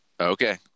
Okay